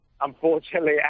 Unfortunately